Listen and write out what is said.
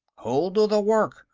who'll do the work?